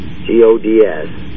G-O-D-S